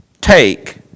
take